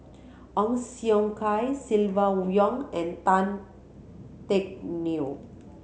Ong Siong Kai Silvia Yong and Tan Teck Neo